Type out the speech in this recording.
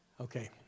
Okay